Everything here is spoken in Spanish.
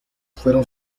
fueron